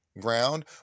ground